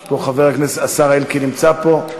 יש פה, חבר הכנסת, השר אלקין נמצא פה.